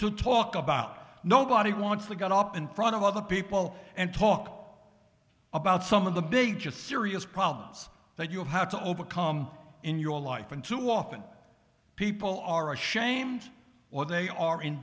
to talk about nobody wants to get up in front of other people and talk about some of the big a serious problems that you have to overcome in your life and too often people are ashamed or they are